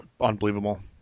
unbelievable